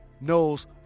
knows